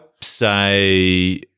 say